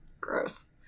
Gross